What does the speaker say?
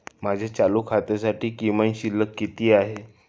माझ्या चालू खात्यासाठी किमान शिल्लक किती आहे?